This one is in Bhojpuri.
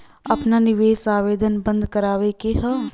आपन निवेश आवेदन बन्द करावे के हौ?